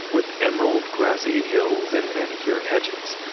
with emerald, grassy hills and manicured hedges.